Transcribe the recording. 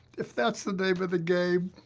if that's the name of the game,